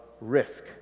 risk